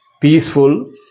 peaceful